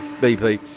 BP